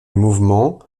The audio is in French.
mouvement